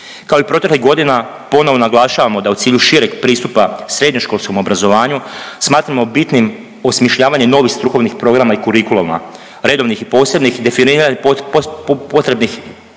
Kao i proteklih godina, ponovno naglašavamo da je u cilju šireg pristupa srednjoškolskom obrazovanju, smatramo bitnim osmišljavanje novih strukovnih programa i kurikuluma, redovnih i posebnih, definiranih potrebnih